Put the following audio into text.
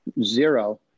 zero